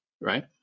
right